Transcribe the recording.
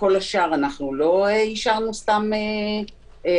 לכל השאר לא אישרנו סתם יציאות.